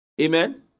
Amen